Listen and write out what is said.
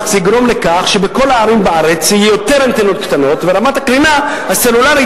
זה יגרום לכך שבכל הערים בארץ יהיו יותר אנטנות קטנות ורמת הקרינה הסלולרית